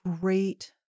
great